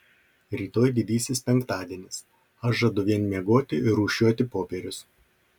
rytoj didysis penktadienis aš žadu vien miegoti ir rūšiuoti popierius